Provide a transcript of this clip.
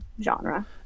genre